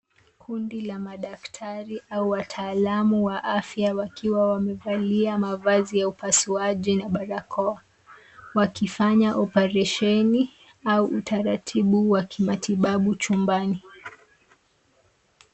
Kundi la madaktari au wataalamu wa afya, wakiwa wamevalia mavazi ya upasuaji na barakoa, wakifanya oparesheni au utaratibu wa kimatibabu chumbani.